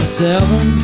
seven